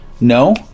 No